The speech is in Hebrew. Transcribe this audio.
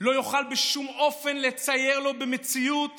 לא יוכל בשום אופן לצייר לו במציאות